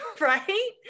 Right